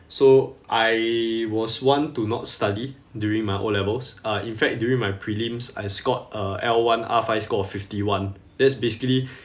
so I was one to not study during my O levels uh in fact during my prelims I scored a L one R five score of fifty-one that's basically